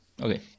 okay